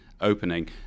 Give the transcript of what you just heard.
opening